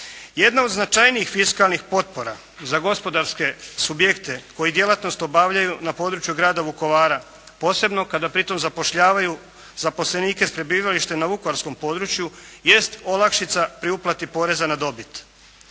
Jedno od značajnijih fiskalnih potpora za gospodarske subjekte koji djelatnost obavljaju na području grada Vukovara, posebno kada pritom zapošljavaju zaposlenike s prebivalištem na vukovarskom području jest olakšica pri uplati poreza na dobit.